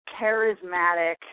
charismatic